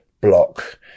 block